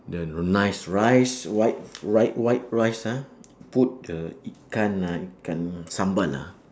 the nice rice white white white rice ah put the ikan ah ikan sambal ah